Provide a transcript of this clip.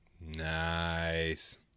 Nice